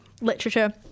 literature